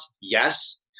yes